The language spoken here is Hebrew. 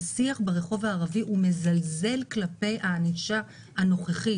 השיח ברחוב הערבי הוא מזלזל כלפי הענישה הנוכחית.